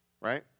right